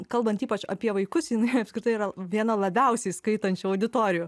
kalbant ypač apie vaikus jinai apskritai yra viena labiausiai skaitančių auditorijų